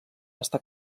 està